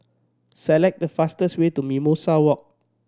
select the fastest way to Mimosa Walk